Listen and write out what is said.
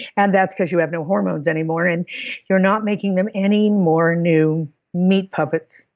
and that's because you have no hormones anymore, and you're not making them anymore new meat puppets,